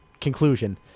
conclusion